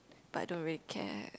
but don't really care